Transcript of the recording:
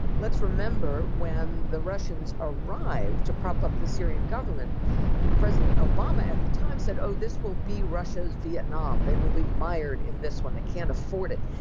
let's remember when the russians arrived to prop up the syrian government president obama at the time said oh this will be russia's vietnam. they will be mired in this one they can't afford it.